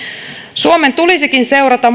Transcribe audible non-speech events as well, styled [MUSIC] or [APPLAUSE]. suomen tulisikin seurata [UNINTELLIGIBLE]